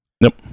Nope